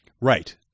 Right